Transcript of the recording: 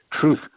truth